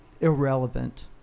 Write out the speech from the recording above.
irrelevant